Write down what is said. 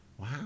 wow